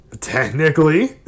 Technically